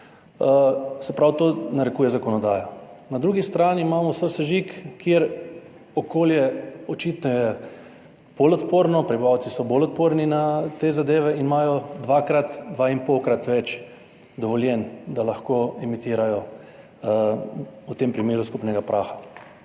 Se pravi, to narekuje zakonodaja. Na drugi strani imamo sosežig, kjer je okolje očitno bolj odporno, prebivalci so bolj odporni na te zadeve, in imajo dvakrat, dva in polkrat več dovoljenj, da lahko emitirajo v tem primeru skupnega praha.